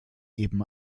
eben